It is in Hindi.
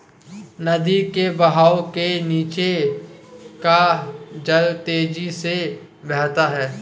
नदी के बहाव के नीचे का जल तेजी से बहता है